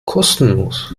kostenlos